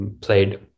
Played